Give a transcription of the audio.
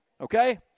okay